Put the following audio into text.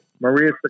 Maria